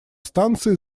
станции